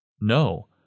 No